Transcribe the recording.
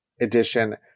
edition